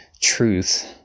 truth